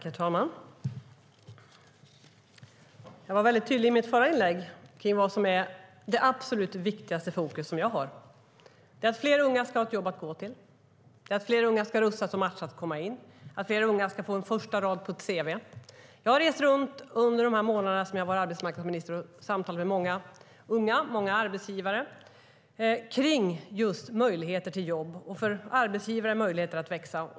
Herr talman! Jag var mycket tydlig i mitt förra inlägg om vad som är det absolut viktigaste fokus som jag har. Det är att fler unga ska ha ett jobb att gå till. Det är att fler unga ska rustas och matchas att komma in, att fler unga ska få en första rad på ett cv. Under de månader som jag har varit arbetsmarknadsminister har jag rest runt och samtalat med många unga och många arbetsgivare kring möjligheter till jobb och för arbetsgivare möjligheter att växa.